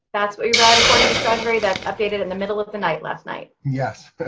that's what you read according to treasury that updated in the middle of the night last night. yes,